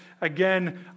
again